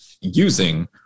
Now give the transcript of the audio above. using